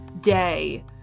day